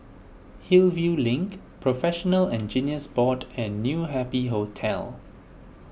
Hillview Link Professional Engineers Board and New Happy Hotel